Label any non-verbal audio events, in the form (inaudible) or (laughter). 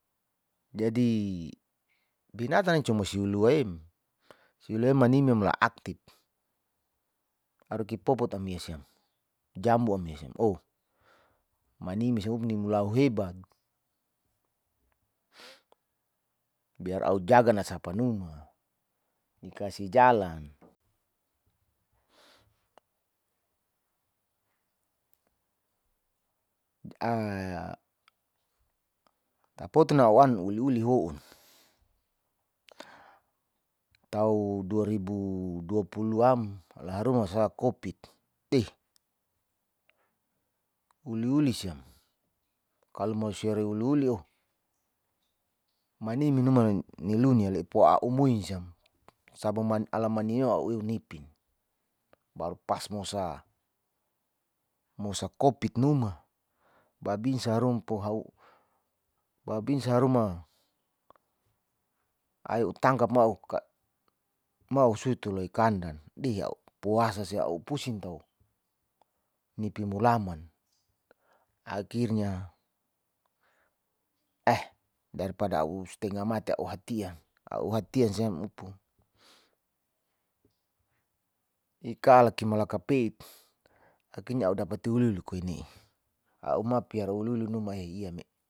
Jadi binatan cuma siluam manimyam la aktip aroki popo tamisiam jambu amisim oh nimulu hebat biar a'u jaga nasapa numa ni kasi jalan (noise) tapoton nau'an uliuli ho'un taun dua ribu dua pulu am laharuma sa kopit deih uliuli siam, kalo mausia re'uliuli oh manimi numa nilunia le poa'umi siam sabuman alamani a'u neun nipin baru pas mosa, mosa kopit numa babins rompu babinsa haruma ea utangkap mo a'u (hesitation) mu usuitoloi kandan a'u puasa pusing tau nipu mulaman akhirnya eh darpda a'u stenga mati a'u hatian, a'u hatian siamupu (hesitation) ikala kimalaka peit akhirnya a'u dapa uliuli koine a'u mau piara uliuli numa ehiam me.